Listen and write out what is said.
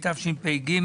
התשפ"ג,